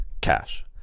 cash